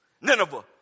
Nineveh